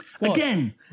Again